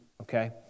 okay